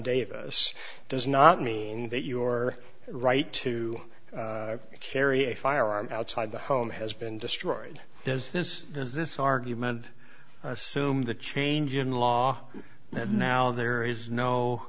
davis does not mean that your right to carry a firearm outside the home has been destroyed is this is this argument assume the change in law and now there is no